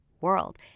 world